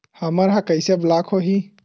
हमर ह कइसे ब्लॉक होही?